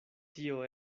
tio